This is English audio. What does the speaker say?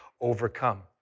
overcome